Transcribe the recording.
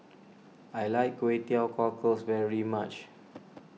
I like Kway Teow Cockles very much